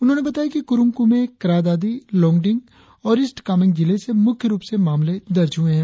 उन्होंने बताया कि कुरुंग कुमे क्रा दादी लोंगडिंग और ईस्ट कामेंग जिले से मुख्य रुप से मामले दर्ज हुए हैं